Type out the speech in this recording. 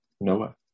Noah